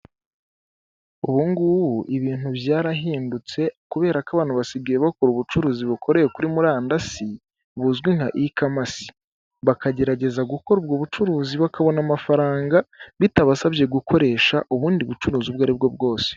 Ubu ngubu ibintu byarahindutse kubera ko abantu basigaye bakora ubucuruzi bukorewe kuri murandasi buzwi nka i kamasi, bakagerageza gukora ubwo bucuruzi bakabona amafaranga bitabasabye gukoresha ubundi bucuruzi ubwo ari bwo bwose.